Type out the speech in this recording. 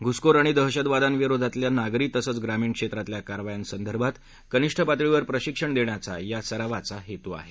घुसखोर आणि दहशतवाद्यांविरोधातल्या नागरी तसंच ग्रामीण क्षेत्रातल्या कारवायांसंदर्भात कनिष्ठ पातळीवर प्रशिक्षण देण्याचा या सरावाचा हेतू आहे